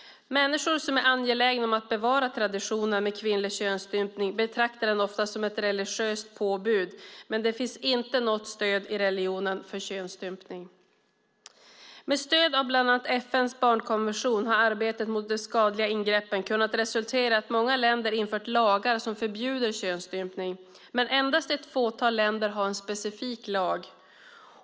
Människor som är angelägna om att bevara traditionen med kvinnlig könsstympning betraktar den ofta som ett religiöst påbud, men det finns inte något stöd i religionen för könsstympning. Med stöd av bland annat FN:s barnkonvention har arbetet mot de skadliga ingreppen kunnat resultera i att många länder infört lagar som förbjuder könsstympning. Men endast ett fåtal länder har en specifik lag.